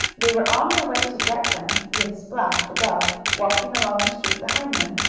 they were on their way to get them, with splash, the dog, walking along the street behind them,